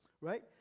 right